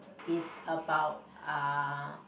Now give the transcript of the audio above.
is about uh